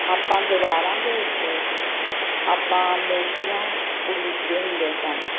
ਆਪਾਂ ਦੀਵਾਰਾਂ ਦੇ ਉੱਤੇ ਆਪਾਂ ਮੂਰਤੀਆਂ ਉਲੀਕਦੇ ਹੁੰਦੇ ਸਨ